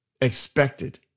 expected